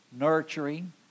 nurturing